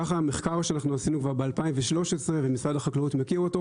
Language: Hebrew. כך המחקר שאנחנו עשינו כבר ב-2013 ומשרד החקלאות מכיר אותו.